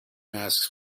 masks